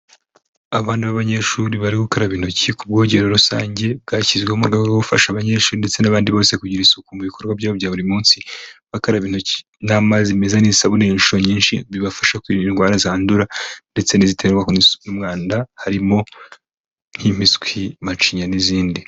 Abana b'abanyeshuri bari gukaraba intoki kurwogero rusange bwashyizweho mu rwego rwo gufasha abanyeshuri ndetse n'abandi bose kugira isuku mu bikorwa bya buri munsi bakaraba intoki n'amazi meza n'isabune inshuro nyinshi bibafasha kwirinda indwara zandura ndetse n'iziterwa n'umwanda harimo nk'impiswi, macinya n'izindi.